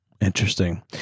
Interesting